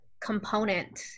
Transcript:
component